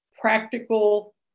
practical